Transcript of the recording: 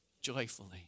Joyfully